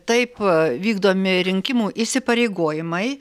taip vykdomi rinkimų įsipareigojimai